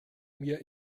mir